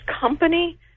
company